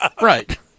Right